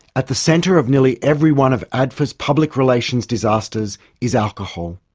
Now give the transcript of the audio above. at the centre of nearly every one of adfa's public relations disasters is alcohol.